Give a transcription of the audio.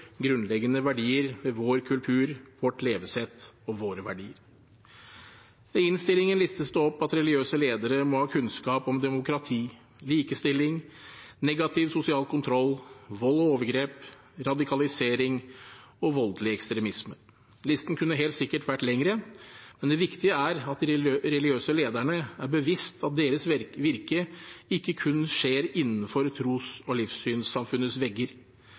grunnleggende verdier ved vår kultur, vårt levesett og våre verdier. I innstillingen listes det opp at religiøse ledere må ha kunnskap om demokrati, likestilling, negativ sosial kontroll, vold og overgrep, radikalisering og voldelig ekstremisme. Listen kunne helt sikkert vært lengre, men det viktige er at de religiøse lederne er seg bevisst at deres virke ikke kun skjer innenfor tros- og livssynssamfunnets vegger.